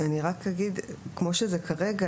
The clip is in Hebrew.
כמו שזה כרגע,